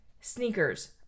sneakers